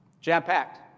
Jam-packed